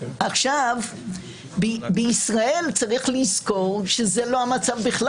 צריך לזכור שבישראל זה לא המצב.